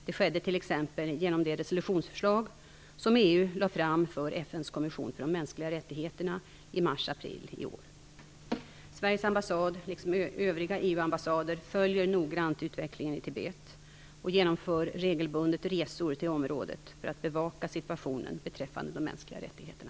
Det skedde t.ex. genom det resolutionsförslag som EU lade fram för FN:s Kommission för de mänskliga rättigheterna i mars-april i år. ambassader, följer noggrant utvecklingen i Tibet och genomför regelbundet resor till området för att bevaka situationen beträffande de mänskliga rättigheterna.